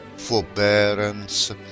Forbearance